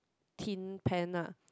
tin pan lah